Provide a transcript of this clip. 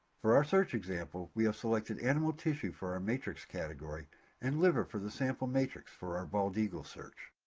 for our search example we have selected animal tissue for our matrix category and liver for the sample matrix for our bald eagle search.